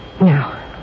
Now